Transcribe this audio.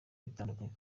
bitandukanye